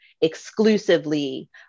exclusively